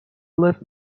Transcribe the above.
left